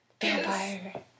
vampire